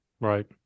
Right